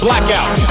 Blackout